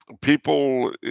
People